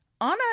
Anna